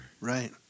Right